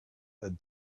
had